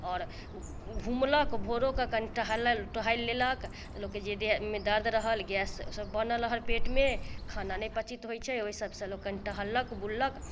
आओर घूमलक भोरोकऽ कनी टहलल टहलि लेलक तऽ लोकके जे देहमे दर्द रहल गैस सब बनल रहल पेटमे खाना नहि पचित होइ छै ओइ सबसँ लोक कनी टहलक बुललक